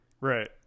Right